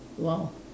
!wow!